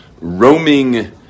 roaming